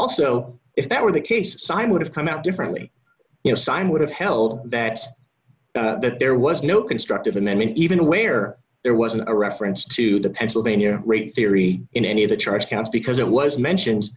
also if that were the case i would have come out differently you know sign would have held that that there was no constructive amendment even aware there wasn't a reference to the pennsylvania rate theory in any of the charts count because it was mentioned